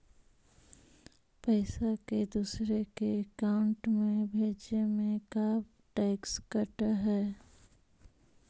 पैसा के दूसरे के अकाउंट में भेजें में का टैक्स कट है?